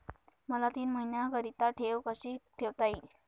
मला तीन महिन्याकरिता ठेव कशी ठेवता येईल?